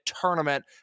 tournament